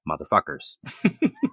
Motherfuckers